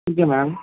okay ma'am